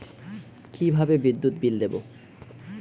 কিভাবে বিদ্যুৎ বিল দেবো?